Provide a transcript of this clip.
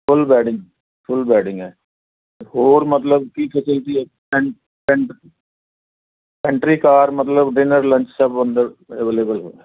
ਫੁਲ bedding full bedding ਹੈ ਹੋਰ ਅਤੇ ਮਤਲਬ ਕੀ ਫਸਿਲਟੀ ਆ ਐਂਟਰੀ ਕਾਰ ਮਤਲਬ ਡਿਨਰ ਲੰਚ ਸਭ ਅੰਦਰ ਅਵੇਲੇਵਲ ਹੋਵੇ